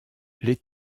les